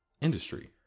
industry